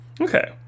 Okay